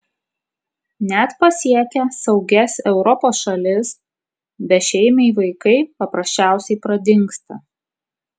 net pasiekę saugias europos šalis bešeimiai vaikai paprasčiausiai pradingsta